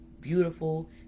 beautiful